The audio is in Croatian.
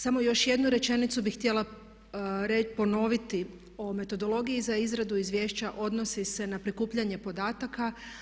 Samo još jednu rečenicu bih htjela ponoviti o metodologiji za izradu izvješća odnosi se na prikupljanje podataka.